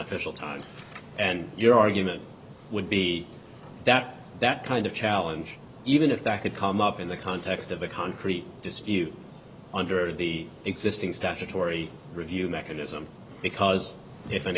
official time and your argument would be that that kind of challenge even if that could come up in the context of a concrete dispute under the existing statutory review mechanism because if an